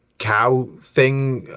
cow. thing?